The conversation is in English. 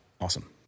Awesome